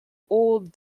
old